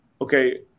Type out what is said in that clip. Okay